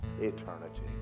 eternity